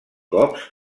cops